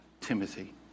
Timothy